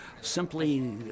simply